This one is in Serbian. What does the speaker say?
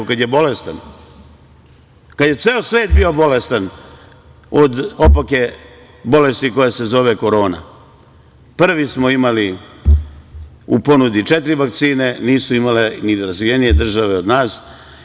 Kad je bolestan, kad je ceo svet bio bolestan od opake bolesti koja se zove korona, prvi smo imali u ponudi četiri vakcine, nisu imale ni razvijenije države od nas.